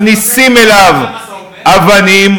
מכניסים אליו אבנים,